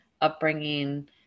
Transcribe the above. upbringing